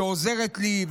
שעוזרת לי,